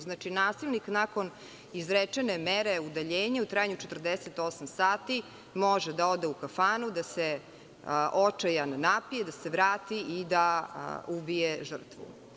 Znači, nasilnik nakon izrečene mere o udaljenju u trajanju od 48 sati može da ode u kafanu, da se očajan napije, da se vrati i da ubije žrtvu.